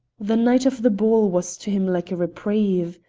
the night of the ball was to him like a reprieve.